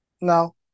No